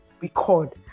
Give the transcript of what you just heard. record